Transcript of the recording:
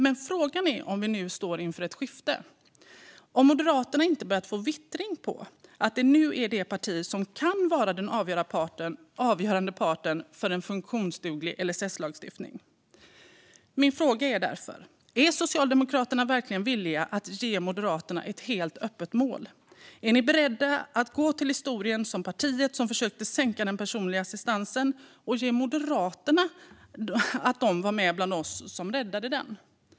Men frågan är om inte vi nu står inför ett skifte och Moderaterna har börjat få vittring på att de nu är det parti som kan vara den avgörande parten för en funktionsduglig LSS-lagstiftning. Min fråga till Socialdemokraterna är därför: Är ni verkligen villiga att ge Moderaterna ett helt öppet mål? Är ni beredda att gå till historien som partiet som försökte sänka den personliga assistansen och låta Moderaterna vara med bland oss som räddade den?